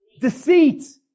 Deceit